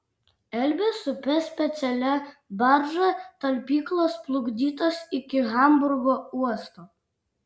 elbės upe specialia barža talpyklos plukdytos iki hamburgo uosto